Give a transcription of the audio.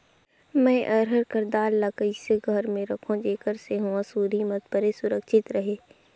मैं अरहर कर दाल ला कइसे घर मे रखों जेकर से हुंआ सुरही मत परे सुरक्षित रहे?